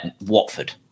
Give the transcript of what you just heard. watford